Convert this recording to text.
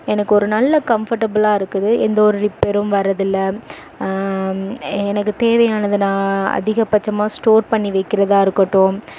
எனக்கு ஒரு நல்ல கம்படஃபுலாக இருக்குது எந்த ஒரு ரிப்பேரும் வரறது இல்லை எனக்கு தேவையானதை நான் அதிகபட்சமாக ஸ்டோர் பண்ணி வைக்கிறதா இருக்கட்டும்